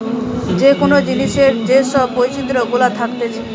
যে কোন জিনিসের যে সব বৈচিত্র গুলা থাকতিছে